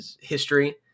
history